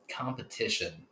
competition